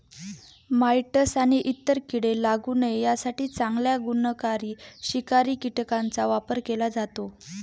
mites आणि इतर कीडे लागू नये यासाठी चांगल्या गुणकारी शिकारी कीटकांचा वापर केला जातो